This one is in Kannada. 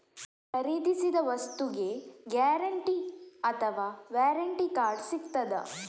ಖರೀದಿಸಿದ ವಸ್ತುಗೆ ಗ್ಯಾರಂಟಿ ಅಥವಾ ವ್ಯಾರಂಟಿ ಕಾರ್ಡ್ ಸಿಕ್ತಾದ?